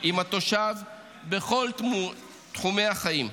עם התושב בכל תחומי החיים.